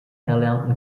erlernten